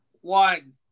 One